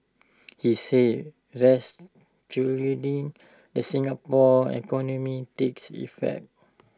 he said the Singapore economy takes effect